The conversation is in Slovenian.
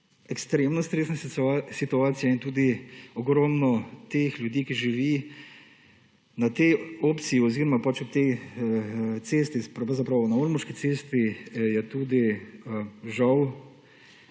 ekstrem ostrene situacije in tudi ogromno teh ljudi, ki živi na tej opciji oziroma ob tej testi, pravzaprav na ormoški cesti je tudi žal